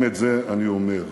גם את זה אני אומר.